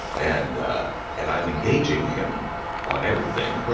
and ah and i'm engaging him on everything,